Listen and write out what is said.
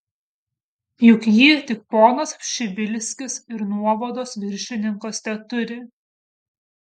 juk jį tik ponas pšibilskis ir nuovados viršininkas teturi